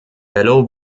bello